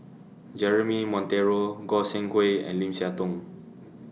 Jeremy Monteiro Goi Seng Hui and Lim Siah Tong